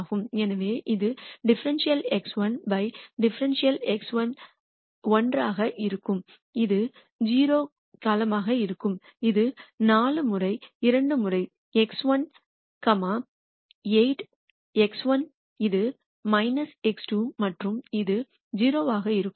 எனவே அது ∂x1 ∂x1 1 ஆக இருக்கும் இது 0 காலமாக இருக்கும் இது 4 முறை 2 முறை x1 8x1 இது x2 மற்றும் இது 0 ஆக இருக்கும்